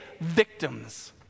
victims